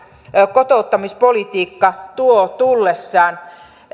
kotouttamispolitiikka tuo tullessaan